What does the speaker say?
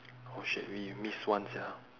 oh shit we miss one sia